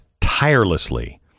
tirelessly